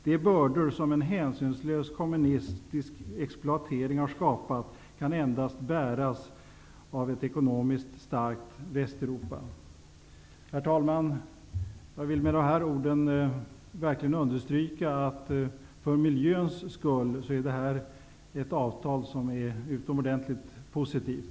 De bördor som en hänsynslös kommunistisk exploatering har skapat kan endast bäras av ett ekonomiskt starkt Herr talman! Jag vill med dessa ord verkligen understryka att för miljön är detta ett avtal som är mycket positivt.